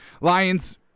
Lions